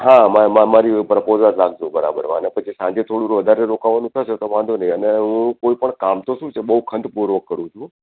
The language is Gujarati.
હા મા મા મારી પ્રપોઝર નાખજો બરાબર હો ને પછી સાંજે થોડું વધારે રોકાવાનું થશે તો વાંધો નહીં અને હું કોઈ પણ કામ તો શું છે બહુ ખંતપૂર્વક કરું છું